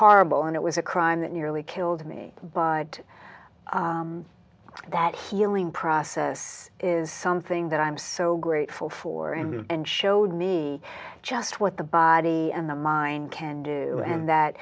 horrible and it was a crime that nearly killed me but that healing process is something that i'm so grateful for and showed me just what the body and the mind can do and that